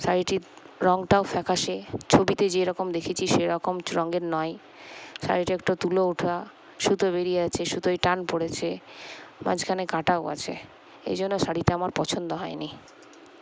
শাড়িটির রঙটাও ফ্যাকাশে ছবিতে যেরকম দেখেছি সেরকম রঙের নয় শাড়িটা একটু তুলো ওঠা সুতো বেরিয়ে আছে সুতোয় টান পড়েছে মাঝখানে কাটাও আছে এই জন্য শাড়িটা আমার পছন্দ হয়নি